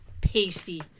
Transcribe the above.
Pasty